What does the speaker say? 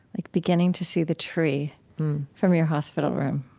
like, beginning to see the tree from your hospital room